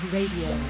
Radio